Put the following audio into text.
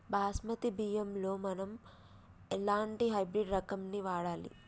బాస్మతి బియ్యంలో మనం ఎలాంటి హైబ్రిడ్ రకం ని వాడాలి?